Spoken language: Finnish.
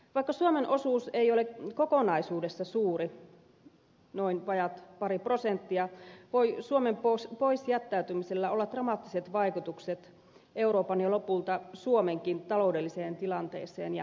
vaikka suomen osuus ei ole kokonaisuudessaan suuri noin vajaat pari prosenttia voi suomen pois jättäytymisellä olla dramaattiset vaikutukset euroopan ja lopulta suomenkin taloudelliseen tilanteeseen ja työllisyyteen